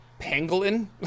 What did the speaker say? pangolin